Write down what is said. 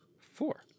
four